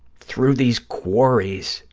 through these quarries